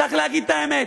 צריך להגיד את האמת.